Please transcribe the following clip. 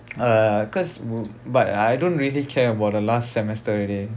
err because will but I don't really care about the last semester already